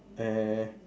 eh